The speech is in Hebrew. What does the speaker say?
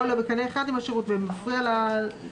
עולה בקנה אחד עם השירות ומפריע לכך,